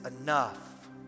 enough